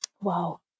Wow